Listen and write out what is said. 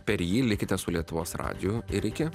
per jį likite su lietuvos radiju ir iki